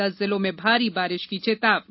दस जिलों में भारी बारिश की चेतावनी